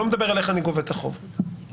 לא מדבר איך אני גובה את החוב בכלל.